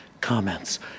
comments